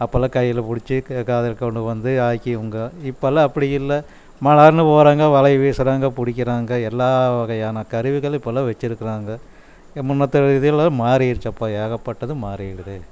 அப்பெலாம் கையில் பிடிச்சி அதை கொண்டு வந்து ஆக்கி உங்கள் இப்பெலாம் அப்படி இல்லை மளார்னு போகிறாங்க வலையை வீசுகிறாங்க பிடிக்கிறாங்க எல்லா வகையான கருவிகளும் இப்பெலாம் வச்சுருக்குறாங்க முன்னத்தை இதெல்லாம் மாறிடுச்சப்பா ஏகப்பட்டது மாறிவிடுது